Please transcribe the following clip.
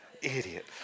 idiot